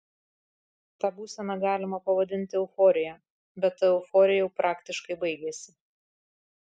tą būseną galima pavadinti euforija bet ta euforija jau praktiškai baigėsi